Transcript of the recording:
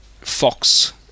Fox